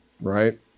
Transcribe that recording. right